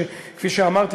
וכפי שאמרתי,